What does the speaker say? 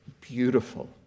Beautiful